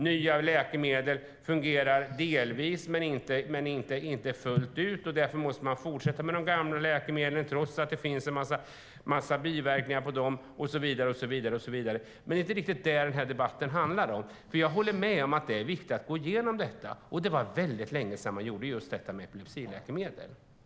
Nya läkemedel fungerar delvis men inte fullt ut, och därför måste man fortsätta med de gamla läkemedlen trots att de har en massa biverkningar och så vidare. Men det är inte riktigt detta som debatten handlar om. Jag håller med om att det är viktigt att gå igenom läkemedlen, och det är väldigt länge sedan man gjorde det med just epilepsiläkemedel.